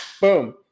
Boom